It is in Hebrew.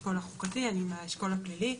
האשכול החוקתי ואני עם האשכול הפלילי.